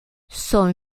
son